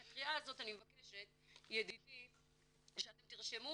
אז את הקריאה הזאת אני מבקשת, ידידי, שאתם תרשמו